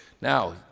Now